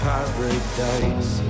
Paradise